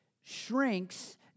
shrinks